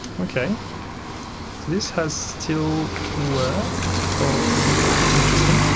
okay so this has still worked for that's interesting!